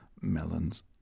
Melons